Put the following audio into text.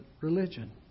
religion